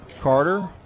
Carter